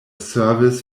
service